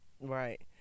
Right